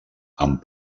amb